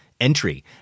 entry